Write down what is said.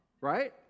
right